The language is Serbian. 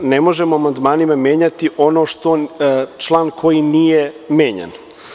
Ne možemo amandmanima menjati ono što član koji nije menjan.